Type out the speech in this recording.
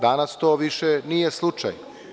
Danas to više nije slučaj.